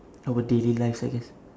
our daily lives I guess